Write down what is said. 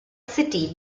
city